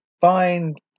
find